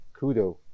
KUDO